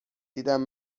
دیدم